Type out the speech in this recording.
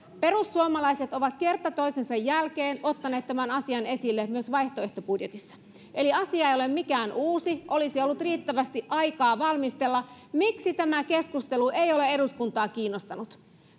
perussuomalaiset ovat kerta toisensa jälkeen ottaneet tämän asian esille myös vaihtoehtobudjetissaan eli asia ei ole mikään uusi olisi ollut riittävästi aikaa valmistella miksi tämä keskustelu ei ole eduskuntaa kiinnostanut